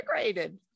integrated